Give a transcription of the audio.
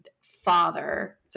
father